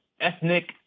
ethnic